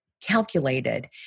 calculated